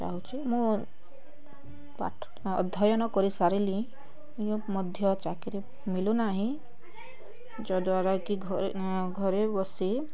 ଚାହୁଛି ମୁଁ ପାଠ ଅଧ୍ୟୟନ କରି ସାରିଲି ମଧ୍ୟ ଚାକିରୀ ମିଲୁନାହିଁ ଯଦ୍ୱାରା କି ଘରେ ଘରେ ବସି